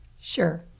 sure